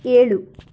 ಏಳು